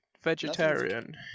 vegetarian